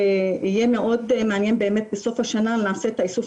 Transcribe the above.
שיהיה מאוד מעניין בסוף השנה כשנעשה את איסוף